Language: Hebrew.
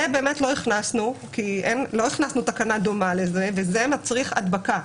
לא הכנסנו את זה כי לא הכנסנו תקנה דומה לזה וזה מצריך הדבקה.